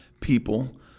people